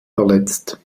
verletzt